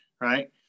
right